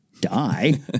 die